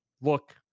look